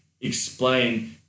explain